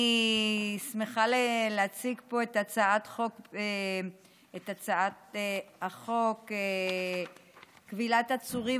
אני שמחה להציג פה את הצעת חוק כבילת עצורים